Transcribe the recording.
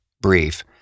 brief